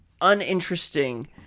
uninteresting